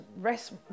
rest